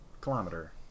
kilometer